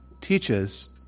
teaches